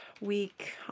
week